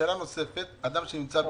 שאלה נוספת: אדם שנמצא בחו"ל,